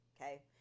okay